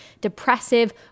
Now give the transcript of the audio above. depressive